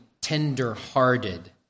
tender-hearted